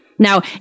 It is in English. Now